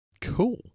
Cool